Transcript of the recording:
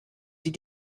die